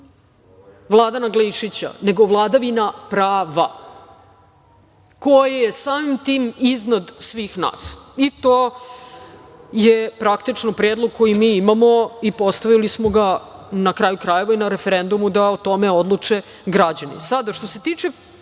Vladana Glišića, nego vladavina prava, koji je samim tim iznad svih nas. To je praktično predlog koji mi imamo i postavili smo ga, na kraju krajeva, i na referendumu da o tome odluče građani. Sada, što se tiče